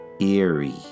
Eerie